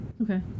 Okay